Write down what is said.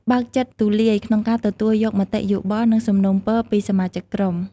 បើកចិត្តទូលាយក្នុងការទទួលយកមតិយោបល់ និងសំណូមពរពីសមាជិកក្រុម។